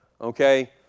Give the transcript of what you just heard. okay